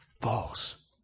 false